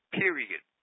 period